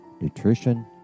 nutrition